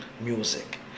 music